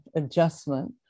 adjustment